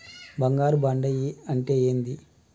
బంగారు బాండు అంటే ఏంటిది?